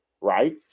right